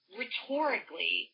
rhetorically